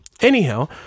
Anyhow